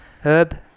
Herb